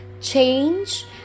change